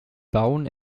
bauen